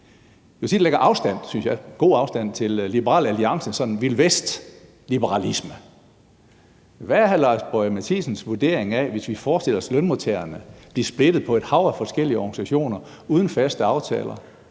synes jeg – til Liberal Alliances sådan vilde vest-liberalisme, hvad er så hr. Lars Boje Mathiesens vurdering, hvis vi forestiller os lønmodtagerne blive splittet på et hav af forskellige organisationer uden faste aftaler,